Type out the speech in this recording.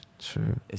true